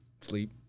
Sleep